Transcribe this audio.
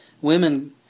Women